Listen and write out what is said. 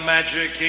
Magic